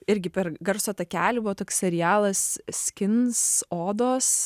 irgi per garso takelį buvo toks serialas skins odos